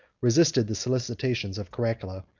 resisted the solicitations of caracalla,